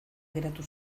geratu